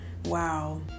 wow